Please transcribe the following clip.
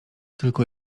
tylko